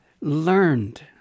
learned